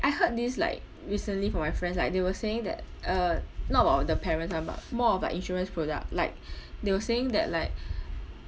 I heard this like recently from my friends like they were saying that uh not about the parents ah but more of like insurance product like they were saying that like